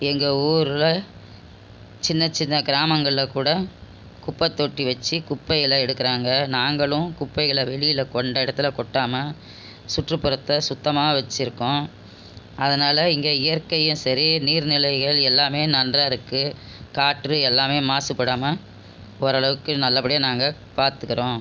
எங்கள் ஊரில் சின்ன சின்ன கிராமங்களில் கூட குப்பைத்தொட்டி வச்சி குப்பைகளை எடுக்குறாங்க நாங்களும் குப்பைகளை வெளியில கொண்ட இடத்துல கொட்டாமல் சுற்றுப்புறத்தை சுத்தமாக வச்சிருக்கோம் அதனால் இங்கே இயற்கையும் சரி நீர் நிலைகள் எல்லாமே நன்றாகருக்கு காற்று எல்லாமே மாசுபடாமல் ஓரளவுக்கு நல்லப்படியாக நாங்கள் பார்த்துக்குறோம்